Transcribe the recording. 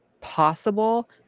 possible